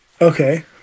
Okay